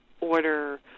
order